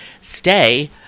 stay